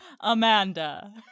Amanda